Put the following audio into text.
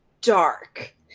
dark